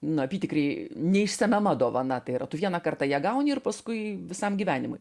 nu apytikriai neišsemiama dovana tai yra tu vieną kartą ją gauni ir paskui visam gyvenimui